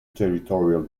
territorial